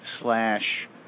slash